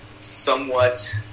somewhat